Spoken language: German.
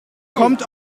kommt